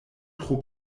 tro